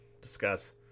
Discuss